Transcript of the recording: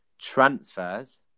transfers